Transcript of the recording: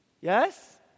Yes